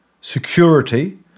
security